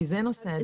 כי זה נושא הדיון.